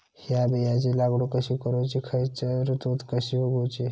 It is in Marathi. हया बियाची लागवड कशी करूची खैयच्य ऋतुत कशी उगउची?